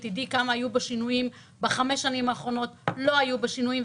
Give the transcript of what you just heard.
תדעי כמה שינויים היו בה בחמש השנים האחרונות לא היו בה שינויים,